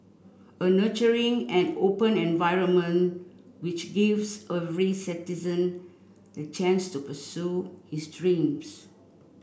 a nurturing and open environment which gives citizen the chance to pursue his dreams